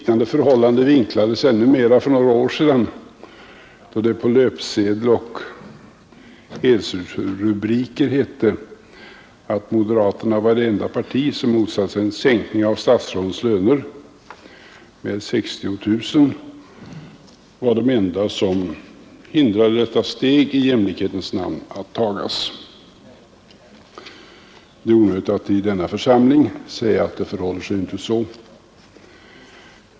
Samma fråga vinklades ännu mera för några år sedan, då det på löpsedlar och i helsidesrubriker hette att moderaterna var det enda parti som motsatte sig en sänkning av statsrådens löner med 60 000 kronor och var de enda som hindrade detta steg i jämlikhetens namn från att tagas. Det är onödigt att i denna församling säga att det ju inte förhåller sig så.